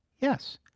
Yes